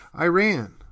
Iran